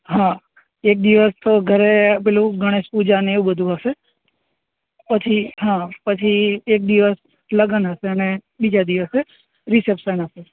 હા એક દિવસ ઘરે પેલું ગણેશ પૂજા ને એવું બધુ હશે પછી હં પછી એક દિવસ લગ્ન હશે અને બીજા દિવસે રીસેપ્સન હશે